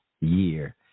year